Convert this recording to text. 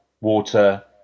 water